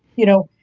you know,